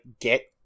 get